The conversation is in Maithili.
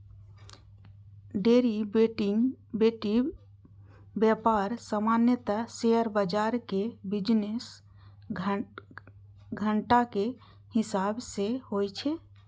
डेरिवेटिव व्यापार सामान्यतः शेयर बाजार के बिजनेस घंटाक हिसाब सं होइ छै